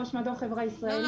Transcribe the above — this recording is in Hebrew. ראש מדור חברה ישראלית --- לא,